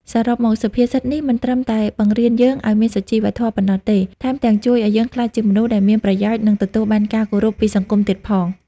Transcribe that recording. សរុបមក សុភាសិតនេះមិនត្រឹមតែបង្រៀនយើងឲ្យមានសុជីវធម៌ប៉ុណ្ណោះទេ ថែមទាំងជួយឲ្យយើងក្លាយជាមនុស្សដែលមានប្រយោជន៍ និងទទួលបានការគោរពពីសង្គមទៀតផង។